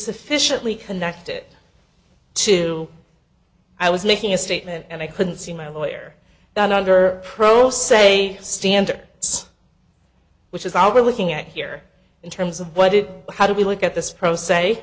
sufficiently connected to i was making a statement and i couldn't see my lawyer than under pro se standard which is our looking at here in terms of what it how do we look at this pro s